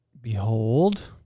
Behold